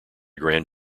grand